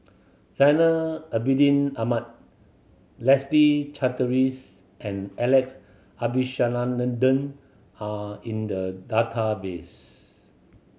Zainal Abidin Ahmad Leslie Charteris and Alex Abisheganaden are in the database